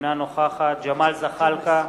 אינה נוכחת ג'מאל זחאלקה,